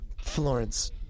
Florence